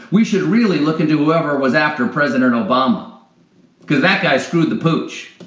we should really look into whoever was after president obama because that guy screwed the pooch,